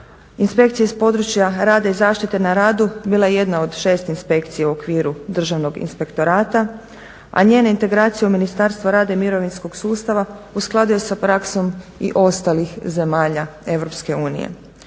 Inspekcija iz područja rada i zaštite na radu bila je jedna od šest inspekcija u okviru Državnog inspektorata, a njene integracije u Ministarstvo rada i mirovinskog sustava uskladio sa praksom i ostalih zemalja